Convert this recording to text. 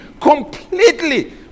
completely